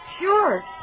Sure